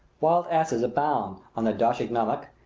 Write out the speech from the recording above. wild asses abound on the dasht-i-namek,